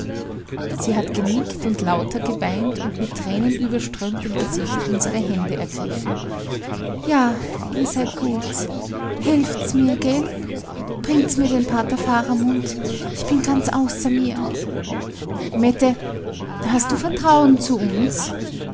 sie hat genickt und lauter geweint und mit tränenüberströmtem gesicht unsere hände ergriffen ja ihr seid gut helft's mir gelt bringt mir den pater faramund ich bin ganz außer mir mette hast du vertrauen zu uns